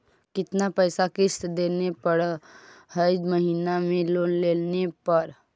कितना पैसा किस्त देने पड़ है महीना में लोन लेने पर?